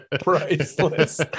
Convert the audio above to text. priceless